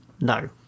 No